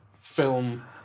film